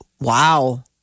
Wow